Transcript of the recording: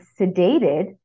sedated